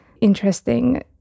interesting